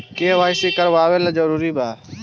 KYC करवावल जरूरी बा?